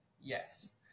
Yes